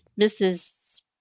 Mrs